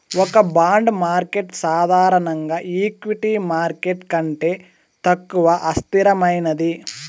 ఒక bond market సాధారణంగా equity market కంటే తక్కువ అస్థిరమైనది